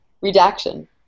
redaction